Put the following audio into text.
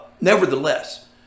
Nevertheless